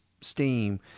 steam